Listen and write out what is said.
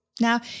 Now